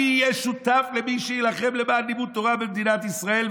אני אהיה שותף למי שיילחם למען לימוד תורה במדינת ישראל,